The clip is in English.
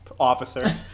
Officer